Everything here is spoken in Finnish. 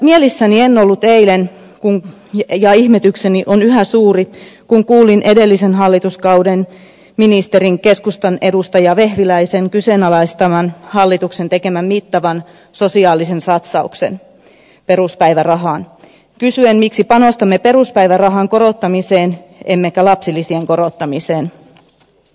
mielissäni en ollut eilen ja ihmetykseni on yhä suuri kun kuulin edellisen hallituskauden ministerin keskustan edustaja vehviläisen kyseenalaistavan hallituksen tekemän mittavan sosiaalisen satsauksen peruspäivärahaan kysyen miksi panostamme peruspäivärahan korottamiseen emmekä lapsilisien korottamiseen